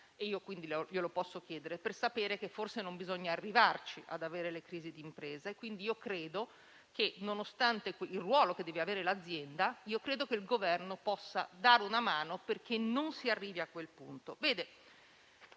- quindi posso dirglielo - per sapere che forse non bisogna arrivare ad avere le crisi di impresa. Credo quindi che, nonostante il ruolo che deve avere l'azienda, il Governo possa dare una mano perché non si arrivi a quel punto.